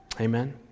Amen